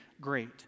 great